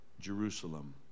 Jerusalem